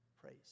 Praise